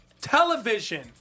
Television